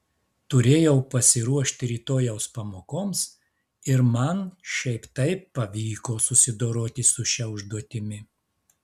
turėjau pasiruošti rytojaus pamokoms ir man šiaip taip pavyko susidoroti su šia užduotimi